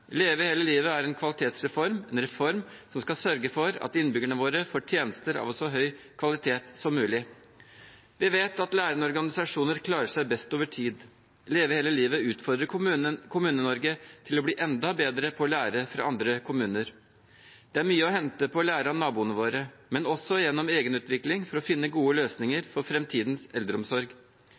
Leve hele livet er en kvalitetsreform, en reform som skal sørge for at innbyggerne våre får tjenester av så høy kvalitet som mulig. Vi vet at lærende organisasjoner klarer seg best over tid. Leve hele livet utfordrer Kommune-Norge til å bli enda bedre på å lære fra andre kommuner. Det er mye å hente på å lære av naboene våre, men også gjennom egenutvikling for å finne gode løsninger for framtidens eldreomsorg.